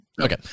okay